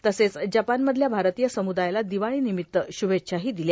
तसेच जपानमधल्या भारतीय सम्दायाला दिवाळीनिमित्त श्भेच्छाही दिल्या